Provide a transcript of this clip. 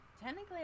technically